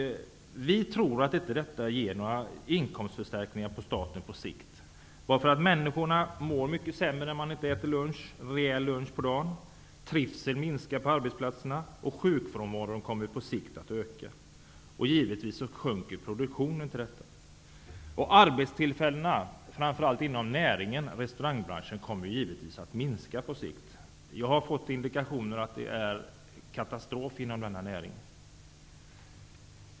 Vi tror inte att detta ger några inkomstförstärkningar till staten på sikt. Människorna mår mycket sämre om de inte äter en rejäl lunch på dagen, trivseln minskar på arbetsplatserna och sjukfrånvaron kommer att öka på sikt. Givetvis sjunker produktionen. Arbetstillfällena inom restaurangbranschen kommer givetvis att minska på sikt. Jag har fått indikationer på att det är en katastrof inom denna näring.